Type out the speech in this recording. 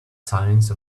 silence